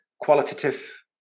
qualitative